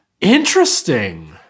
interesting